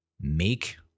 make